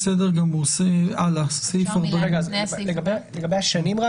מה הוחלט לגבי השנים?